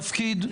מי נמנע?